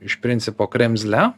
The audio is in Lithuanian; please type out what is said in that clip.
iš principo kremzle